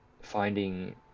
finding